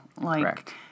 Correct